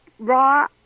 raw